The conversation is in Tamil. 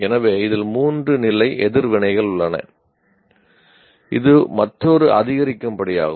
எனவே இதில் மூன்று நிலை எதிர்வினைகள் உள்ளன இது மற்றொரு அதிகரிக்கும் படியாகும்